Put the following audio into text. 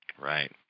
Right